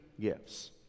gifts